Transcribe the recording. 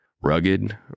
Rugged